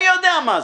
אני יודע מה זה.